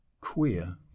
queer